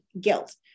guilt